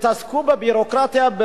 תתעסקו בביורוקרטיה,